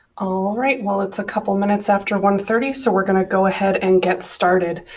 alright, well it's a couple minutes after one thirty, so we're going to go ahead and get started.